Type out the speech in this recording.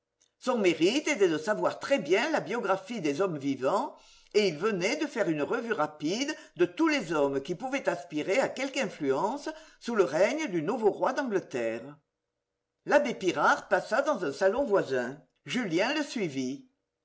son mérite était de savoir très bien la biographie des hommes vivants et il venait de faire une revue rapide de tous les hommes qui pouvaient aspirer à quelque influence sous le règne du nouveau roi d'angleterre l'abbé pirard passe dans un salon voisin julien le suivit